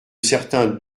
certains